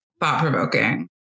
thought-provoking